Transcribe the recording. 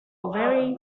very